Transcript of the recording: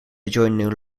adjoining